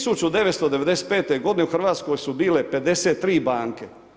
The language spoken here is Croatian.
1995. godine u Hrvatskoj su bile 53 banke.